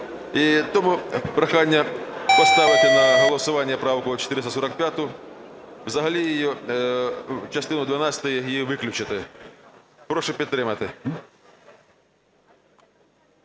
Тому прохання поставити на голосування правку 445-у, взагалі частину дванадцяту її виключити. Прошу підтримати.